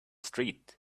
street